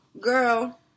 Girl